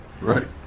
right